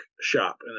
shop